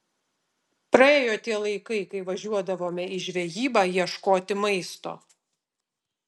praėjo tie laikai kai važiuodavome į žvejybą ieškoti maisto